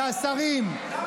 זה השרים.